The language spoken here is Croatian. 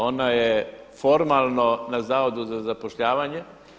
Ona je formalno na Zavodu za zapošljavanje.